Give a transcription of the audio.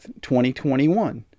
2021